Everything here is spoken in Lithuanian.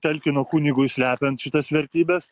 talkino kunigui slepiant šitas vertybes